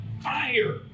fire